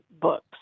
books